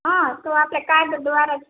હાં તો આપણે કાર્ડ દ્વારા